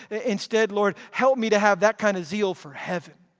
instead lord help me to have that kind of zeal for heaven.